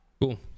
Cool